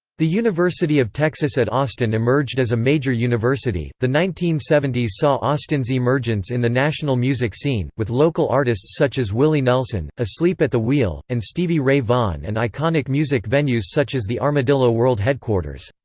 the university of texas at austin emerged as a major university the nineteen seventy s saw austin's emergence in the national music scene, with local artists such as willie nelson, asleep at the wheel, and stevie ray vaughan and iconic music venues such as the armadillo world headquarters.